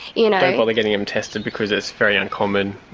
you know don't bother getting them tested because it's very uncommon,